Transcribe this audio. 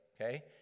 Okay